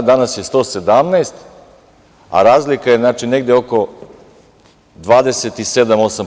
Danas je 117, a razlika je znači negde oko 27%, 28%